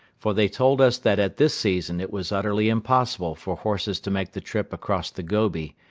for they told us that at this season it was utterly impossible for horses to make the trip across the gobi,